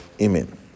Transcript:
Amen